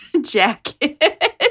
jacket